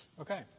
Okay